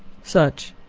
such,